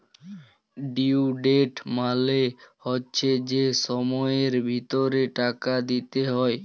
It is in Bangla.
ডিউ ডেট মালে হচ্যে যে সময়ের ভিতরে টাকা দিতে হ্যয়